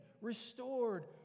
restored